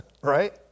right